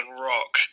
rock